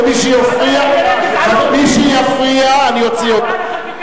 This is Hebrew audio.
מי שיפריע אני אוציא אותו.